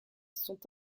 sont